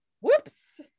whoops